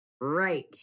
Right